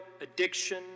addiction